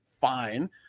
Fine